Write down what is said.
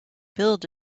build